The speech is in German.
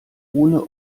ohne